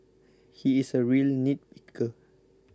he is a real nitpicker